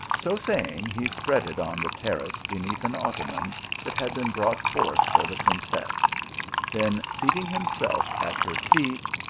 so saying, he spread it on the terrace beneath an ottoman that had been brought forth for the prin cess then seating himself at her feet,